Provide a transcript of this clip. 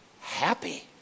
Happy